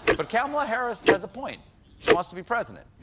but kamela harris has a point she wants to be president.